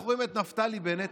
אנחנו רואים את נפתלי בנט,